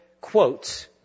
quotes